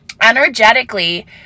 energetically